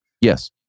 Yes